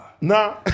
Nah